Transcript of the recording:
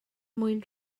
mwyn